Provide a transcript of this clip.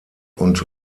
und